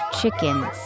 chickens